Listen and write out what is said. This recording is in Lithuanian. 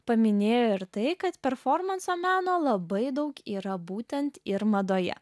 paminėjo ir tai kad performanso meno labai daug yra būtent ir madoje